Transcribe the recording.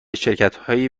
شرکتهایی